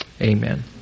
Amen